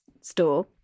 store